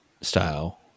style